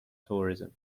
tourism